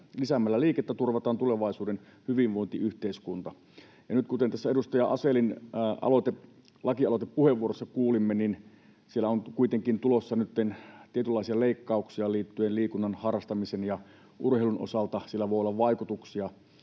Lisäämällä liikettä turvataan tulevaisuuden hyvinvointiyhteiskunta.” Kuten tässä edustaja Asellin lakialoitepuheenvuorossa kuulimme, niin nyt on kuitenkin tulossa tietynlaisia leikkauksia liittyen liikunnan harrastamiseen ja urheiluun. Sillä voi olla vaikutuksia